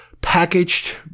packaged